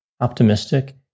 optimistic